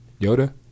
Yoda